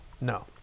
No